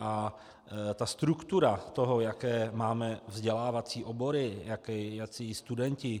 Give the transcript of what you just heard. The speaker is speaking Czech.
A ta struktura toho, jaké máme vzdělávací obory, jací studenti